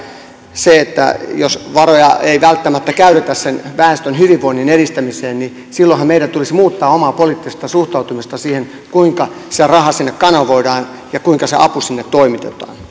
se että jos varoja ei välttämättä käytetä sen väestön hyvinvoinnin edistämiseen niin silloinhan meidän tulisi muuttaa omaa poliittista suhtautumistamme siihen kuinka se raha sinne kanavoidaan ja kuinka se apu sinne toimitetaan